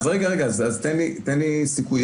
אז רגע, תן לי סיכוי.